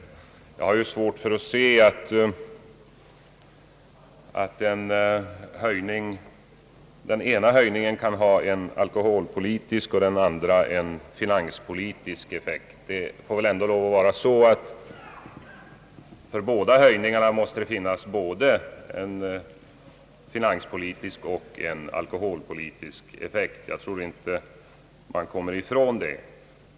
Jag har dock svårt att se, att den ena höjningen skulle ha en nykterhetspolitisk effekt och den andra en finanspolitisk. För båda höjningarna måste väl ändå finnas både en finanspolitisk och en nykterhetspolitisk motivering. Jag tror inte att man kan komma ifrån det.